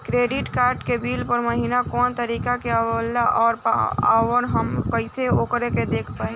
Credit card के bill हर महीना कौना तारीक के आवेला और आउर हम कइसे ओकरा के देख पाएम?